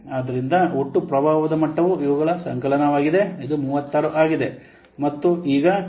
ಆದ್ದರಿಂದ ಒಟ್ಟು ಪ್ರಭಾವದ ಮಟ್ಟವು ಇವುಗಳ ಸಂಕಲನವಾಗಿದೆ ಇದು 36 ಆಗಿದೆ